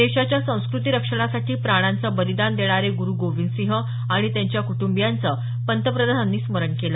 देशाच्या संस्कृती रक्षणासाठी प्राणांचं बलिदान देणारे गुरु गोविंदसिंह आणि त्यांच्या कुटुंबीयांचं पंतप्रधानांनी स्मरण केलं